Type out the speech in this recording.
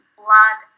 blood